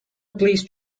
please